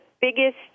biggest